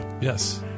Yes